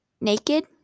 naked